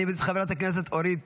אני מזמין את השרה אורית